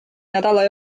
nädala